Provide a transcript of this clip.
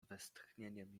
westchnieniem